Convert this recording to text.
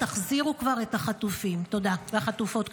תחזירו כבר את החטופים ואת החטופות,